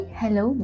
hello